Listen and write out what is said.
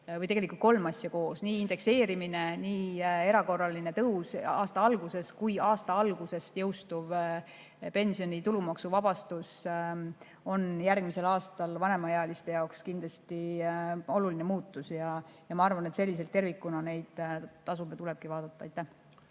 või tegelikult kolm asja koos – indekseerimine, erakorraline tõus aasta alguses ja aasta alguses jõustuv pensioni tulumaksuvabastus – on järgmisel aastal vanemaealiste jaoks kindlasti oluline muutus. Ma arvan, et selliselt tervikuna neid tulebki vaadata. Aitäh!